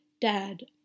Dad